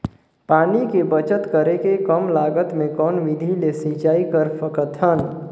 पानी के बचत करेके कम लागत मे कौन विधि ले सिंचाई कर सकत हन?